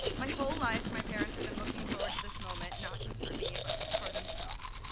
my whole life my parents have been looking forward to this moment not just for me but for themselves.